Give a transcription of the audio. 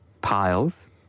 piles